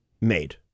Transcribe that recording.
made